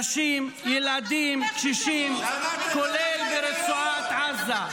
נשים, ילדים, קשישים, כולל ברצועת עזה.